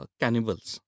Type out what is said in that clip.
cannibals